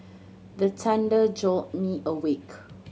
the thunder jolt me awake